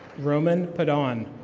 roman pedon.